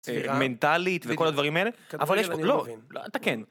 מנטלית וכל הדברים האלה, אבל יש פה... לא, אתה כן.